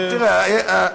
תראה,